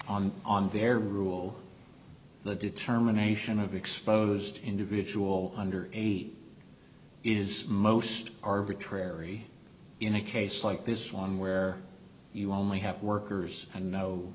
on on their rule the determination of exposed individual under age is most arbitrary in a case like this one where you only have workers and no